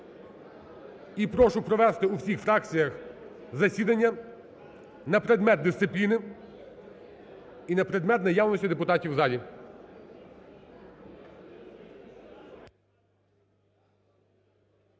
І прошу провести у всіх фракціях засідання на предмет дисципліни і на предмет наявності депутатів в залі.